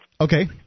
okay